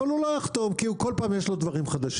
אבל הוא לא יחתום כי הוא כל פעם יש לו דברים חדשים,